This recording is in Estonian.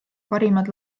parimad